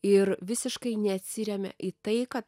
ir visiškai neatsiremia į tai kad